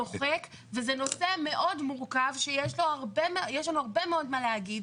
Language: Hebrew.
דוחק וזה נושא מאוד מורכב שיש לנו הרבה מאוד מה להגיד.